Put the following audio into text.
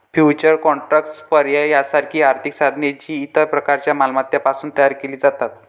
futures contracts, पर्याय यासारखी आर्थिक साधने, जी इतर प्रकारच्या मालमत्तांपासून तयार केली जातात